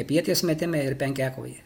ieties metime ir penkiakovėje